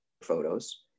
photos